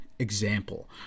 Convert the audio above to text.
example